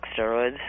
steroids